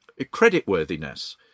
creditworthiness